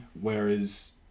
Whereas